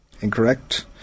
Incorrect